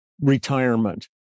retirement